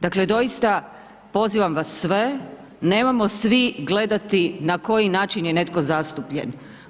Dakle doista pozivam vas sve, nemamo svi gledati na koji način je netko zastupljen.